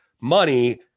money